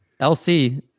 LC